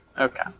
Okay